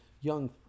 young